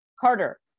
Carter